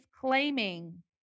claiming